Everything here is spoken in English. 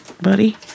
buddy